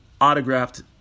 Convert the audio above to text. Autographed